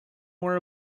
more